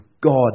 God